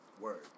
Word